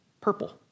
purple